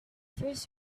first